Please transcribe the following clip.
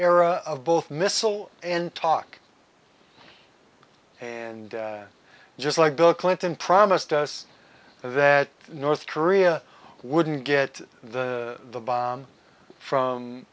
era of both missile and talk and just like bill clinton promised us that north korea wouldn't get the bomb from